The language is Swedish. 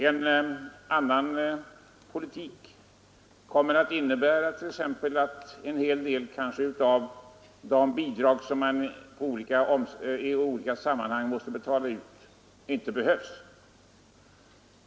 En annan politik kommer att innebära att t.ex. en hel del av de bidrag som man i olika sammanhang måste betala ut inte behövs.